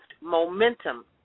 momentum